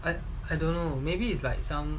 but I don't know maybe it's like some